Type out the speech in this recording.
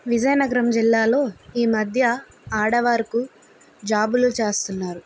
విజయనగరం జిల్లాలో ఈ మధ్య ఆడవారు జాబులు చేస్తున్నారు